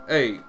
Hey